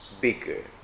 bigger